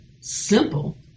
simple